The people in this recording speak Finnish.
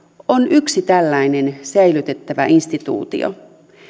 on yksi tällainen säilytettävä instituutio